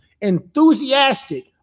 enthusiastic